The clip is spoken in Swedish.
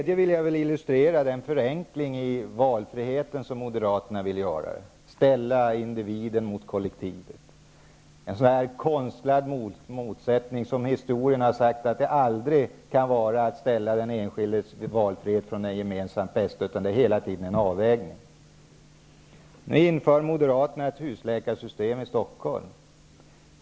Jag vill vidare illustrera den förenklade valfrihet som Moderaterna vill införa -- att ställa individer mot kollektivet. Det är en konstlad motsättning. Historien har lärt oss att den enskildes valfrihet aldrig kan ställas mot det gemensamma bästa -- det är hela tiden fråga om en avvägning. Stockholm.